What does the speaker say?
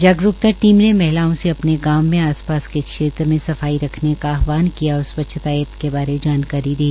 जागरूकता टीम ने महिलाओं से अपने गांव में आपसपास के क्षेत्र में सफाई रखने का आहवान किया और स्वच्छता ऐप के बारे जानकारी दी